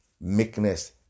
meekness